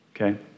okay